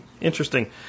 interesting